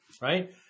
right